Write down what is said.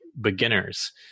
beginners